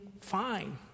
fine